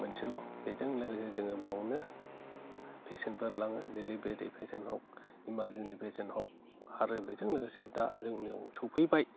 मोनसेल' बेजों लोगोसे जोङो बावनो पेसेन्टफोर लाङो डिलिबारि पेसेन्टफ्राव इमारजिन्सि हक आरो बेजों लोगोसे दा जोंनिआव सफैबाय